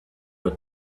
were